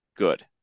good